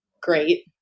Great